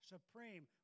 Supreme